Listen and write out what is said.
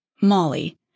Molly